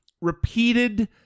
repeated